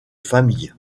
famille